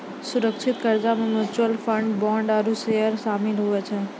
सुरक्षित कर्जा मे म्यूच्यूअल फंड, बोंड आरू सेयर सामिल हुवै छै